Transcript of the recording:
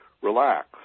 Relax